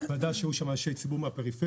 ועדה שהיו בה אנשי ציבור מהפריפריה,